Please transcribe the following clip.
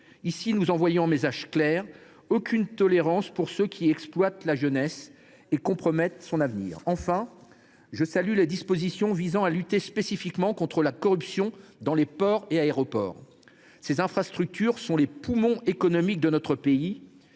Ici, nous envoyons un message clair : aucune tolérance pour ceux qui exploitent la jeunesse et compromettent son avenir. Enfin, je salue les dispositions visant à lutter spécifiquement contre la corruption dans les ports et aéroports. Ces infrastructures sont les poumons économiques de notre pays.